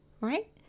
right